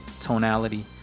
tonality